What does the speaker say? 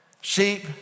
Sheep